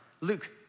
Luke